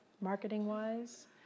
marketing-wise